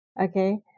okay